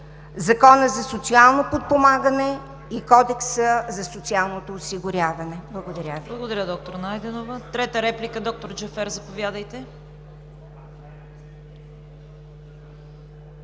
Законът за социално подпомагане и Кодексът за социалното осигуряване. Благодаря Ви.